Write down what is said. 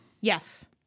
Yes